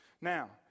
Now